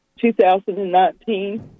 2019